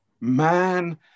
Man